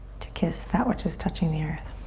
to kiss that which is touching the earth.